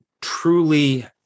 truly